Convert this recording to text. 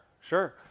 sure